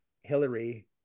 Hillary